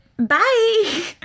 bye